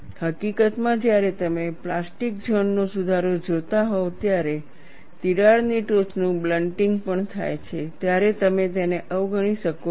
હકીકતમાં જ્યારે તમે પ્લાસ્ટિક ઝોન નો સુધારો જોતા હોવ ત્યારે તિરાડની ટોચનું બ્લન્ટિંગ પણ થાય છે ત્યારે તમે તેને અવગણી શકો નહીં